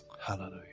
Hallelujah